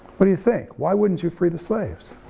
what do you think, why wouldn't you free the slaves?